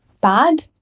bad